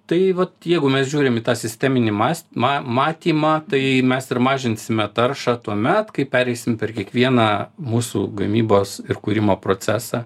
tai vat jeigu mes žiūrim į tą sisteminį mas ma matymą tai mes ir mažinsime taršą tuomet kai pereisim per kiekvieną mūsų gamybos ir kūrimo procesą